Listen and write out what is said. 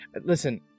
listen